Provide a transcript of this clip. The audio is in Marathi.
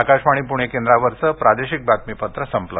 आकाशवाणी पुणे केंद्रावरचं प्रादेशिक बातमीपत्र संपलं